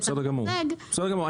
כי אתה מדלג --- בסדר גמור,